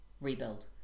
rebuild